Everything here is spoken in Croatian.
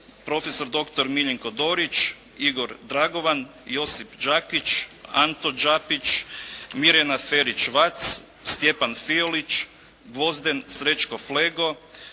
prof.dr. Miljenko Dorić, Igor Dragovan, Josip Đakić, Anto Đapić, Mirjana Ferić Vac, Stjepan Fiolić, Gvozden Srećko Flego,